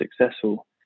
successful